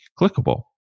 clickable